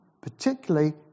particularly